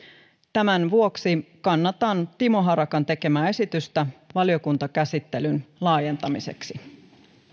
tämän vuoksi kannatan timo harakan tekemää esitystä valiokuntakäsittelyn laajentamiseksi